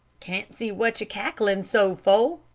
can't see what you're cackling so for!